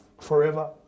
forever